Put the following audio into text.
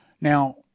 Now